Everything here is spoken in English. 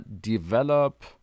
develop